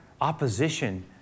opposition